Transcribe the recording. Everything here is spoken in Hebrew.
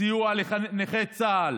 סיוע לנכי צה"ל,